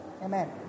Amen